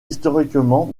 historiquement